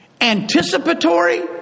anticipatory